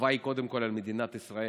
שהחובה היא קודם כול על מדינת ישראל,